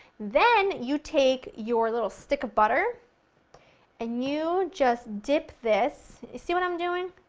then you take your little stick of butter and you just dip this you see what i'm doing?